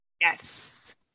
yes